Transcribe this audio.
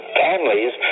families